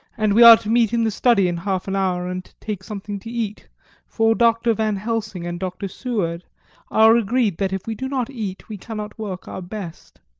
and we are to meet in the study in half an hour and take something to eat for dr. van helsing and dr. seward are agreed that if we do not eat we cannot work our best.